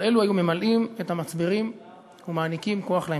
כל אלו היו ממלאים את המצברים ומעניקים כוח להמשך.